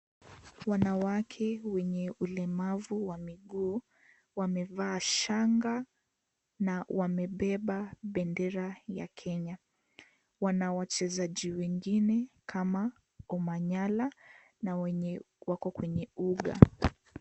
Wanawake wenye ulemavu wa miguu wamevaa shanga na wamebeba bendera ya Kenya. Wana wachezaji wengine kama Omanyara na wako kwenye uga.